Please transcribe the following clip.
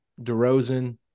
DeRozan